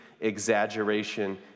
exaggeration